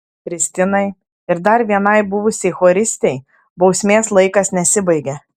kristinai ir dar vienai buvusiai choristei bausmės laikas nesibaigė